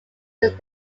this